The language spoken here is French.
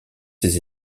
ses